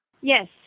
Yes